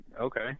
Okay